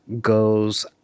goes